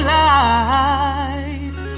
life